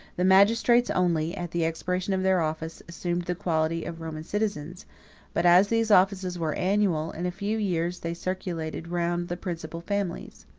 the magistrates only, at the expiration of their office, assumed the quality of roman citizens but as those offices were annual, in a few years they circulated round the principal families.